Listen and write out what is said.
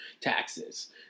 taxes